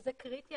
שזה קריטי,